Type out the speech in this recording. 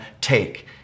take